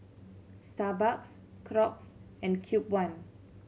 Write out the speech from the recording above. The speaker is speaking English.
Starbucks Crocs and Cube One